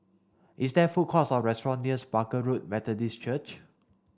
is there food courts or restaurant nears Barker Road Methodist Church